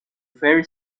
ferry